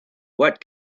what